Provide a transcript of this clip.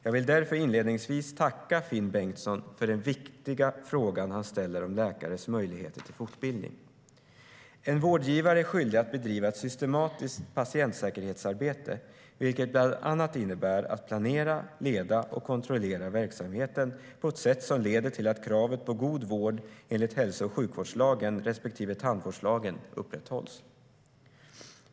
Jag vill därför inledningsvis tacka Finn Bengtsson för den viktiga fråga han ställer om läkares möjligheter till fortbildning. En vårdgivare är skyldig att bedriva ett systematiskt patientsäkerhetsarbete, vilket bland annat innebär att planera, leda och kontrollera verksamheten på ett sätt som leder till att kravet på god vård enligt hälso och sjukvårdslagen respektive tandvårdslagen upprätthålls.